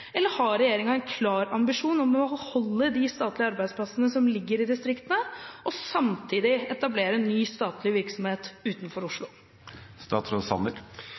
eller har regjeringen en klar ambisjon om å beholde de statlige arbeidsplassene som ligger i distriktene, og samtidig etablere ny statlig virksomhet utenfor